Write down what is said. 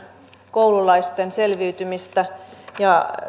koululaisten selviytymistä ja